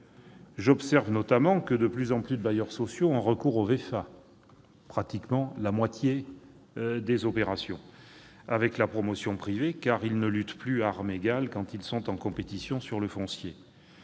J'observe notamment que de plus en plus de bailleurs sociaux ont recours aux VEFA avec la promotion privée, car ils ne luttent plus à armes égales quand ils sont en compétition sur le foncier.